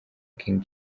king